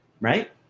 Right